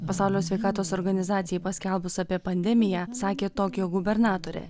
pasaulio sveikatos organizacijai paskelbus apie pandemiją sakė tokijo gubernatorė